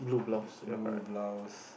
blu~ blue blouse